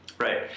Right